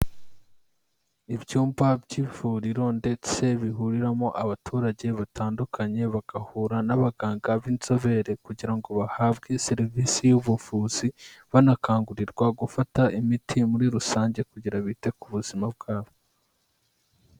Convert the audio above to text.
Ibyumba by'ivuriro ndetse bihuriramo abaturage batandukanye bagahura n'abaganga b'inzobere kugira ngo bahabwe serivisi y'ubuvuzi, banakangurirwa gufata imiti muri rusange kugira bite ku buzima bwabo.